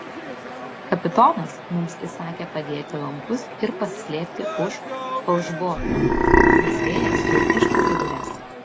kapitonas mums įsakė padėti lankus ir pasislėpti už falšborto nes vėjas jau išpūtė bures